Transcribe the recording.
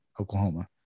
Oklahoma